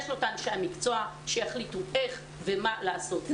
יש לו את אנשי המקצוע שיחליטו איך ומה לעשות.